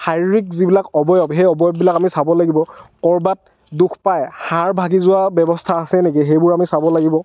শাৰিৰীক যিবিলাক অৱয়ৱ সেই অৱয়ৱবিলাক আমি চাব লাগিব ক'ৰবাত দুখ পাই হাড় ভাগি যোৱা ব্যৱস্থা আছে নেকি সেইবোৰ আমি চাব লাগিব